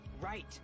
Right